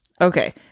okay